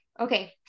Okay